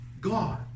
God